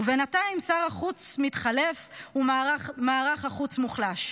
בינתיים שר החוץ מתחלף ומערך החוץ מוחלש.